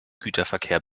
güterverkehr